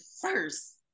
first